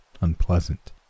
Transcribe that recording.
unpleasant